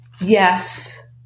yes